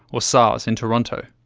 or sars, in toronto,